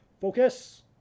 Focus